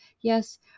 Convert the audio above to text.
Yes